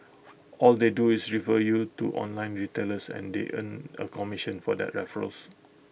all they do is refer you to online retailers and they earn A commission for that referrals